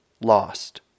lost